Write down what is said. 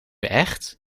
echt